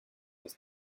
this